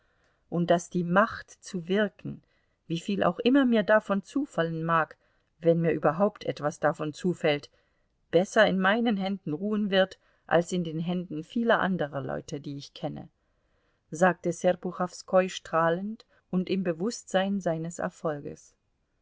und daß die macht zu wirken wieviel auch immer mir davon zufallen mag wenn mir überhaupt etwas davon zufällt besser in meinen händen ruhen wird als in den händen vieler anderer leute die ich kenne sagte serpuchowskoi strahlend im bewußtsein seines erfolges